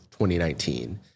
2019